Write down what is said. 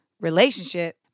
relationship